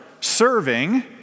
serving